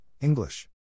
English